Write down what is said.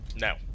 No